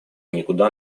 никуда